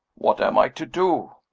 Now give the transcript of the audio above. what am i to do?